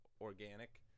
organic